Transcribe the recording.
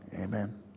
Amen